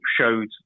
showed